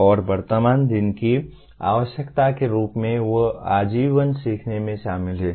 और वर्तमान दिन की आवश्यकता के रूप में वे आजीवन सीखने में शामिल हैं